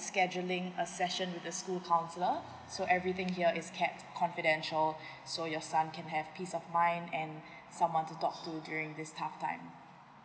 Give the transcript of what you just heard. scheduling a session with the school councellor so everything here is kept confidential so your son can have peace of mind and someone to talk to during this tough time